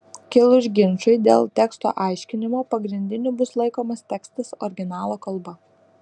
kilus ginčui dėl teksto aiškinimo pagrindiniu bus laikomas tekstas originalo kalba